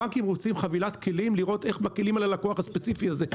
הבנקים רוצים חבילת כלים לראות איך מקלים על הלקוח הספציפי הזה,